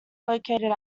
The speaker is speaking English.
located